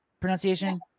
pronunciation